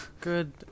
Good